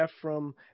Ephraim